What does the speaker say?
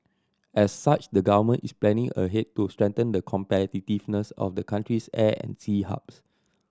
as such the Government is planning ahead to strengthen the competitiveness of the country's air and sea hubs